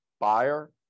buyer